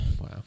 Wow